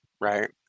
right